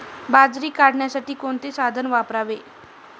बाजरी काढण्यासाठी कोणते साधन वापरावे?